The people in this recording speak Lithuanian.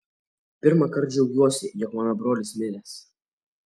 pirmąkart džiaugiuosi jog mano brolis miręs